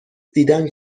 دیدن